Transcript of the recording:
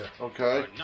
Okay